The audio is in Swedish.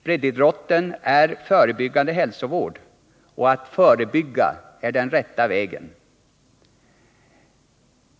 Breddidrotten är förebyggande hälsovård, och att förebygga är den rätta vägen.